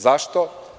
Zašto?